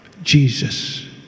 Jesus